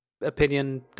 opinion